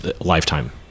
lifetime